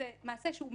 שזה מעשה מיותר,